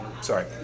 Sorry